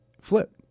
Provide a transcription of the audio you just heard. flip